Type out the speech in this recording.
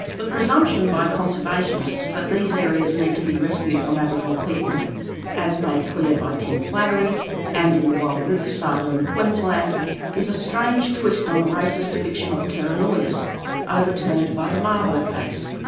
the presumption by conservationists that these areas need to be rescued from aboriginal people as made clear by tim flannery and in the wild rivers saga in queensland is a strange twist on the racist fiction of terra nullius overturned by the mabo case.